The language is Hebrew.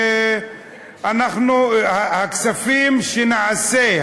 הכספים שנעשה,